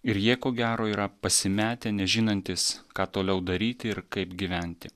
ir jie ko gero yra pasimetę nežinantys ką toliau daryti ir kaip gyventi